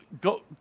go